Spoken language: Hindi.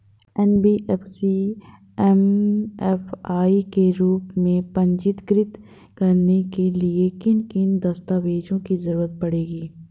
एन.बी.एफ.सी एम.एफ.आई के रूप में पंजीकृत कराने के लिए किन किन दस्तावेजों की जरूरत पड़ेगी?